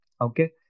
Okay